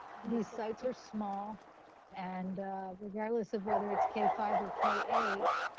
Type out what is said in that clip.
these sites are small and regardless of whether it's k five or k eight,